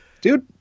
dude